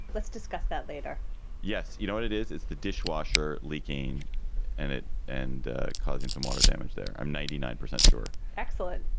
let's discuss that later yes. you know what it is? is the dishwasher leaking and it and causing some water damage there? i'm ninety nine percent sure. excellent.